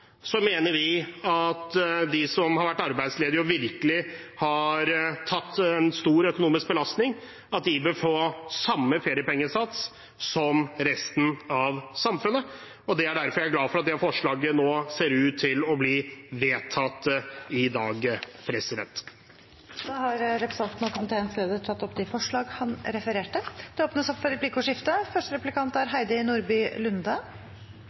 mener vi at de som har vært arbeidsledige og virkelig tatt en stor økonomisk belastning, bør få samme feriepengesats som resten av samfunnet. Det er derfor jeg er glad for at det forslaget ser ut til å bli vedtatt i dag. Representanten Erlend Wiborg har tatt opp det forslaget han refererte til. Det